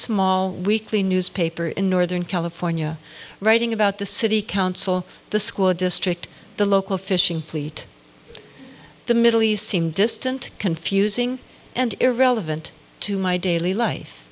small weekly newspaper in northern california writing about the city council the school district the local fishing fleet the middle east seemed distant confusing and irrelevant to my daily life